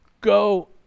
Go